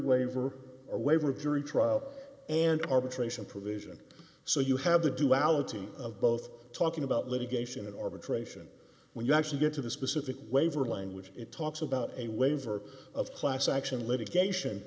waiver or waiver of jury trial and arbitration provision so you have the duality of both talking about litigation and arbitration when you actually get to the specific waiver language it talks about a waiver of class action litigation